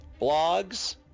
blogs